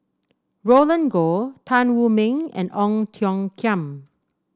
Roland Goh Tan Wu Meng and Ong Tiong Khiam